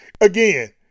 again